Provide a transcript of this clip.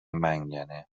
منگنه